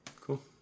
Cool